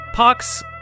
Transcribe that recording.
Pox